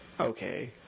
okay